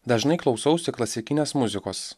dažnai klausausi klasikinės muzikos